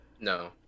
No